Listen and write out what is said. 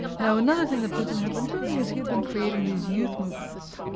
now, another thing that putin had been doing is he had been creating these youth movements